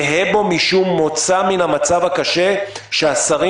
יהא בו משום מוצא מן המצב הקשה שהשרים